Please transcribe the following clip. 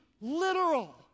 literal